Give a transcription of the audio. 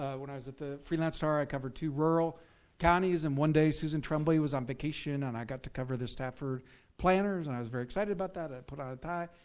when i was at the free lance-star, i covered two rural counties and one day susan tremblay was on vacation and i got to cover the stafford planners. and i was very excited about that, i put on a tie.